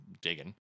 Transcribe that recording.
digging